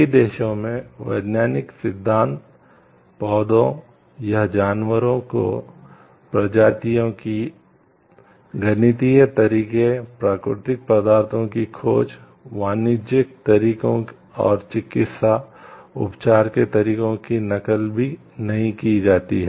कई देशों में वैज्ञानिक सिद्धांत पौधों या जानवरों की प्रजातियों के गणितीय तरीके प्राकृतिक पदार्थों की खोज वाणिज्यिक तरीकों और चिकित्सा उपचार के तरीकों की नकल भी नहीं की जाती है